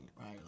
right